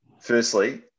Firstly